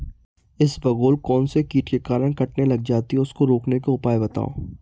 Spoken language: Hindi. इसबगोल कौनसे कीट के कारण कटने लग जाती है उसको रोकने के उपाय बताओ?